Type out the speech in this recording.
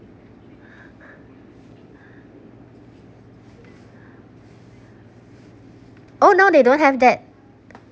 oh now they don't have that